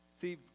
See